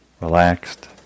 relaxed